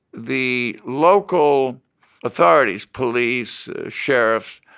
the local authorities, police, sheriff,